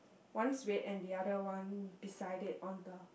one's red and the other one beside it on the